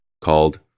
called